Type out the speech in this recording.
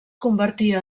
convertia